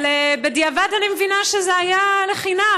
אבל בדיעבד אני מבינה שזה היה לחינם.